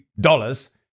dollars